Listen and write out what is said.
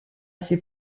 ses